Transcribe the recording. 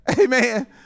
amen